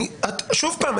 שוב פעם,